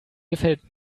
gefällt